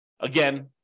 Again